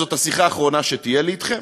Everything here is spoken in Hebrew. זאת השיחה האחרונה שתהיה לי אתכם,